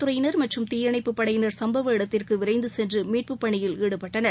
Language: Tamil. துறையினர் மற்றும் தீயணைப்புப் படையினர் சும்பவ இடத்திற்குவிரைந்துசென்றுமீட்புப் பணியில் காவல் ஈடுபட்டனர்